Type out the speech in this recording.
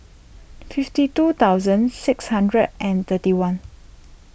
fifty two thousand six hundred and thirty one